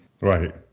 Right